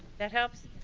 that helps,